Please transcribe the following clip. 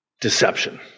deception